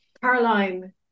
Caroline